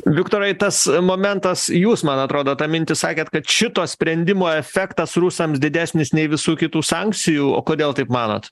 viktorai tas momentas jūs man atrodo tą mintį sakėt kad šito sprendimo efektas rusams didesnis nei visų kitų sankcijų o kodėl taip manot